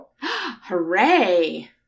Hooray